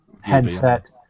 headset